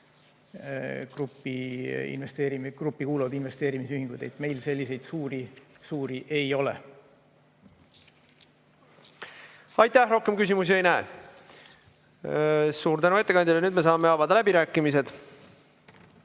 gruppi kuuluvad investeerimisühingud. Meil selliseid suuri ei ole. Aitäh! Rohkem küsimusi ei näe. Suur tänu ettekandjale! Nüüd saame avada läbirääkimised.